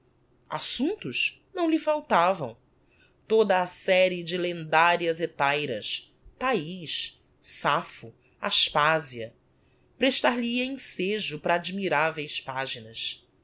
assumptos não lhe faltavam toda a serie de lendarias hetairas thais sapho aspasia prestar lhe ia ensejo para admiraveis paginas